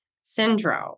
syndrome